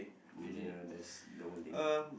there's the holding